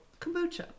kombucha